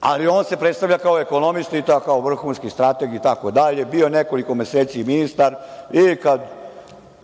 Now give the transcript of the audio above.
ali on se predstavlja kao ekonomista, kao vrhunski strateg itd, bio je nekoliko meseci ministar i kad